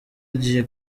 agiye